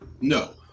No